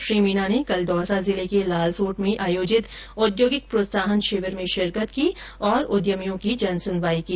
श्री मीना ने कल दौसा जिले के लालसोट में आयोजित औद्योगिक प्रोत्साहन शिविर मे शिरकत की और उद्यमियों की जनसुनवाई की